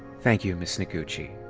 thank you, ms. noguchi.